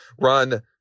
run